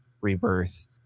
rebirth